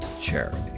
charity